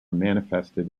manifested